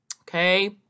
Okay